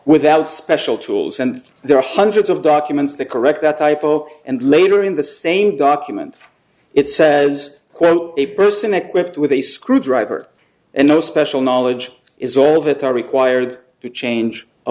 without special tools and there are hundreds of documents that correct that typo and later in the same document it says quote a person equipped with a screwdriver and no special knowledge is all that are required to change a